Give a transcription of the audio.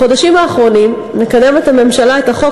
בחודשים האחרונים מקדמת הממשלה את החוק